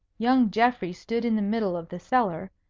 young geoffrey stood in the middle of the cellar,